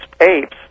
apes